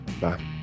Bye